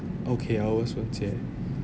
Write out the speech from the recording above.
okay I'll 问 shunjie